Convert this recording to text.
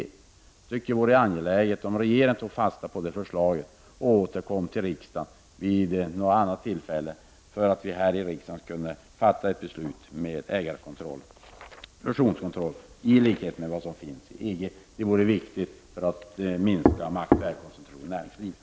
Jag tycker att det vore angeläget att regeringen tog fasta på det förslaget och återkom till riksdagen vid något annat tillfälle, så att vi här kunde fatta ett beslut om fusionskontroll i likhet med den som finns i EG. Det vore viktigt för att minska maktoch ägarkoncentrationen i näringslivet.